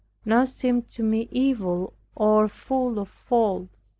now seemed to me evil or full of faults.